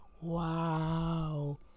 wow